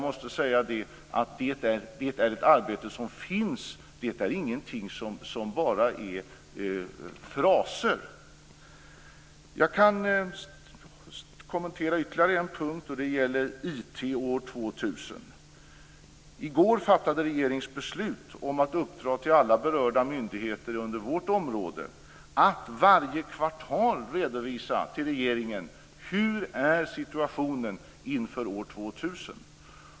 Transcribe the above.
Det är ett konkret arbete, inte bara fraser. Jag skall kommentera ytterligare en punkt, och det gäller IT år 2000. I går fattade regeringen ett beslut om att uppdra åt alla berörda myndigheter under vårt område att varje kvartal redovisa för regeringen hur situationen är inför år 2000.